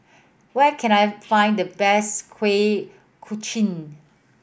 where can I find the best Kuih Kochi